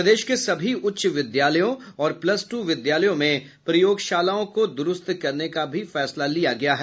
प्रदेश के सभी उच्च विद्यालयों और प्लस दू विद्यालयों में प्रयोगशालाओं को दुरूस्त करने का भी फैसला लिया गया है